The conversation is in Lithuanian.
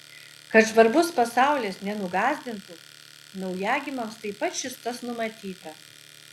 kad žvarbus pasaulis nenugąsdintų naujagimiams taip pat šis tas numatyta